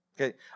okay